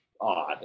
odd